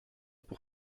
pour